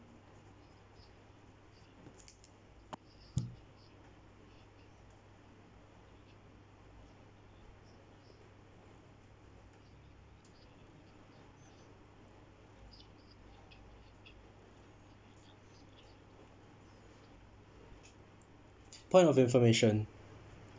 point of your information